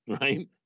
right